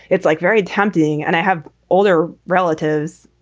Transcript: it's like very tempting. and i have older relatives,